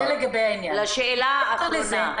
לשאלה האחרונה.